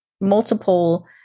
multiple